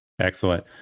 Excellent